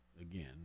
again